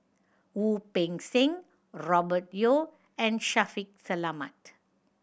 Wu Peng Seng Robert Yeo and Shaffiq Selamat